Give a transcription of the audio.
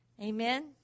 Amen